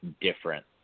different